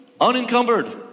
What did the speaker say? unencumbered